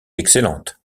excellente